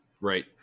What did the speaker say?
Right